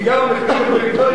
כי גם המחירים של הפריפריה,